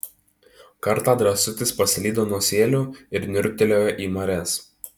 kartą drąsutis paslydo nuo sielių ir niurktelėjo į marias